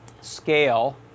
scale